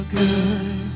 good